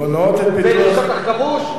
זה שטח כבוש?